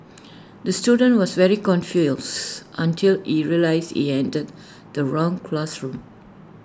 the student was very confused until he realised he entered the wrong classroom